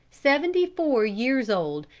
seventy-four years old,